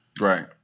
Right